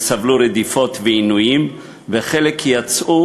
אדוני השר, כנסת נכבדה,